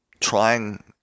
trying